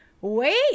wait